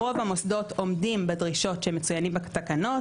רוב המוסדות עומדים בדרישות שמצוינים בתקנות.